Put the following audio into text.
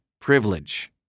privilege